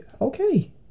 Okay